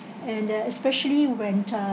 and ah especially when uh